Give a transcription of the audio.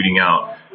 out